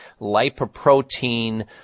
lipoprotein